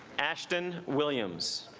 ashton williams